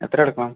എത്രയെടുക്കണം